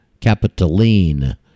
Capitoline